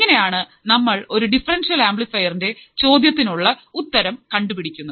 ഇങ്ങനെയാണ് നമ്മൾ ഒരു ഡിഫറെൻഷ്യൽ ആംപ്ലിഫയറിന്റെ ചോദ്യത്തിനു ഉള്ള ഉത്തരം കണ്ടുപിടിക്കുന്നത്